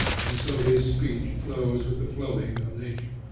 and so his speech flows with the flowing of nature.